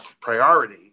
priority